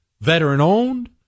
veteran-owned